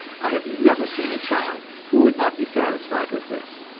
i have never seen a child who would not be satisfied with this,